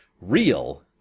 real